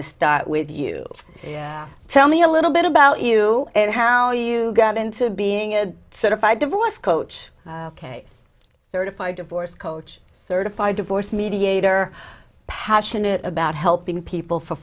to start with you tell me a little bit about you and how you got into being a certified divorce coach k thirty five divorce coach certified divorce mediator passionate about helping people for